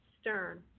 Stern